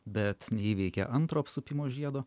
bet neįveikė antro apsupimo žiedo